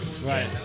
Right